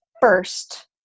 first